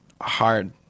hard